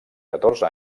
catorze